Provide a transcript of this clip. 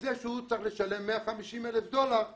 כתוב "לא יעביר משרד התרבות והספורט".